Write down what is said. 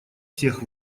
всех